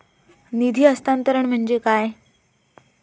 निधी हस्तांतरण म्हणजे काय?